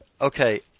okay